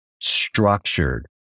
structured